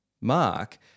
mark